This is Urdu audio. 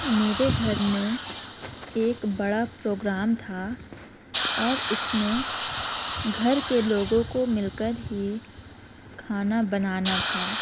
میرے گھر میں ایک بڑا پروگرام تھا اور اس میں گھر کے لوگوں کو مل کر ہی کھانا بنانا تھا